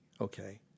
okay